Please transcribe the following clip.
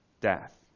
death